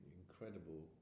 incredible